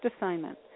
assignment